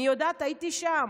אני יודעת, הייתי שם.